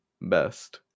best